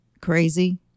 crazy